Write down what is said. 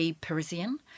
Parisian